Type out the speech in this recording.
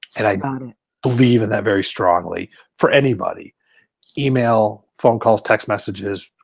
and i believe in that very strongly for anybody email, phone calls, text messages.